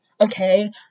okay